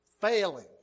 failing